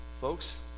Folks